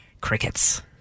Crickets